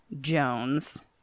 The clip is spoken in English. jones